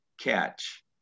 catch